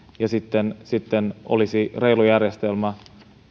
ja sitten sitten olisi reilu järjestelmä